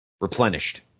replenished